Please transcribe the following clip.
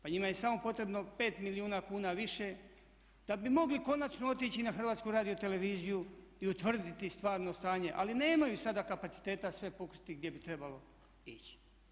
Pa njima je samo potrebno 5 milijuna kuna više da bi mogli konačno otići na HRT i utvrditi stvarno stanje, ali nemaju sada kapaciteta sve pokriti gdje bi trebalo ići.